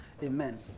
Amen